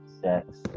sex